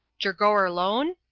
jer goerlone?